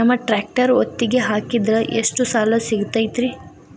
ನಮ್ಮ ಟ್ರ್ಯಾಕ್ಟರ್ ಒತ್ತಿಗೆ ಹಾಕಿದ್ರ ಎಷ್ಟ ಸಾಲ ಸಿಗತೈತ್ರಿ?